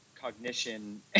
cognition